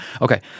Okay